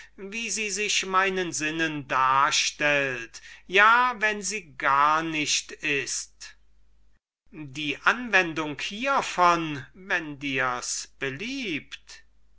wie sie sich meinen sinnen darstellt ja wenn sie gar nicht ist hippias die anwendung hievon wenn dirs beliebt